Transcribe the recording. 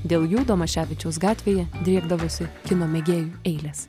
dėl jų domaševičiaus gatvėje driekdavosi kino mėgėjų eilės